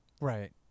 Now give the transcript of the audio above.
Right